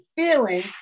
feeling